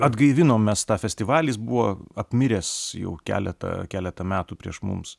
atgaivinom mes tą festivalį jis buvo apmiręs jau keletą keletą metų prieš mums